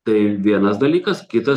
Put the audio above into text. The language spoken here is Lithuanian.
tai vienas dalykas kitas